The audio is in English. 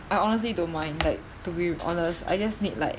I honestly don't mind like to be honest I just need like